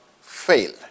fail